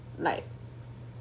like